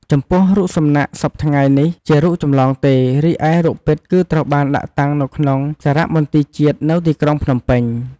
ចំពោះរូបសំណាក់សព្វថ្ងៃនេះជារូបចំលងទេ រីឯរូបពិតគឺត្រូវបានដាក់តាំងនៅក្នុងសារមន្ទីរជាតិនៅទីក្រុងភ្នំពេញ។